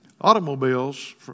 Automobiles